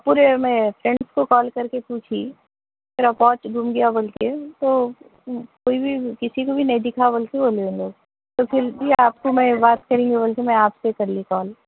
پورے میں فرینڈس کو کال کر کے پوچھی میرا پاچ گم گیا بول کے تو کوئی بھی کسی کو بھی نہیں دکھا بول کے بولے ان لوگ تو پھر بھی آپ کو میں بات کریں گے بول کے میں آپ سے کر لی کال